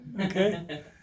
Okay